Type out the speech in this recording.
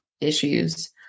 issues